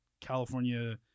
California